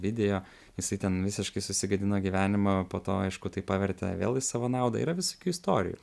video jisai ten visiškai susigadino gyvenimą po to aišku tai pavertė vėl į savo naudą yra visokių istorijų